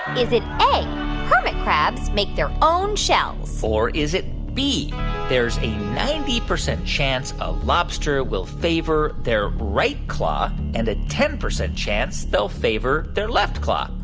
is it a hermit crabs make their own shells? or is it b there's a ninety percent chance a lobster will favor their right claw and a ten percent chance they'll favor their left claw?